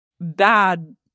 bad